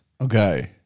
Okay